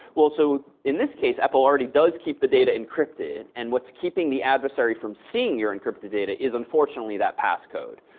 well, so in this case, apple already does keep the data encrypted. and what's keeping the adversary from seeing your encrypted data is unfortunately that passcode.